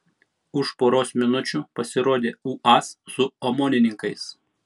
už poros minučių pasirodė uaz su omonininkais